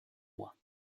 mois